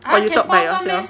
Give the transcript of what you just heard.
or you talk by yourself